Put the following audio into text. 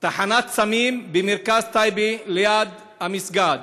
תחנת סמים במרכז טייבה, ליד המסגד.